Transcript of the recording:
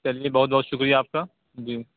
چلیے بہت بہت شُکریہ آپ کا جی